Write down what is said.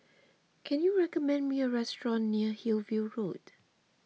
can you recommend me a restaurant near Hillview Road